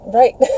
right